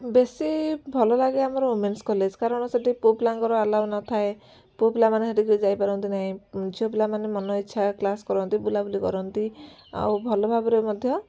ବେଶି ଭଲ ଲାଗେ ଆମର ଓମେନ୍ସ କଲେଜ କାରଣ ସେଇଠି ପୁଅ ପିଲାଙ୍କର ଆଲାଓ ନଥାଏ ପୁଅ ପିଲାମାନେ ସେଠିକି ଯାଇପାରନ୍ତି ନାହିଁ ଝିଅ ପିଲାମାନେ ମନ ଇଚ୍ଛା କ୍ଲାସ କରନ୍ତି ବୁଲାବୁଲି କରନ୍ତି ଆଉ ଭଲ ଭାବରେ ମଧ୍ୟ